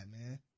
man